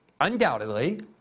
undoubtedly